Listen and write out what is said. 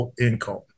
income